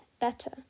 better